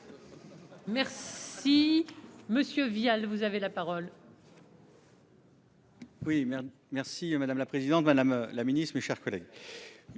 Merci, Monsieur Vial, vous avez la parole.